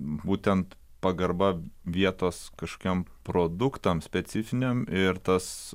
būtent pagarba vietos kažkokiem produktams specifiniam ir tas